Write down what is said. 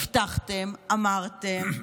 הבטחתם, אמרתם,